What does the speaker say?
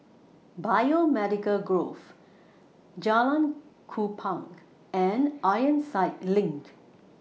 Biomedical Grove Jalan Kupang and Ironside LINK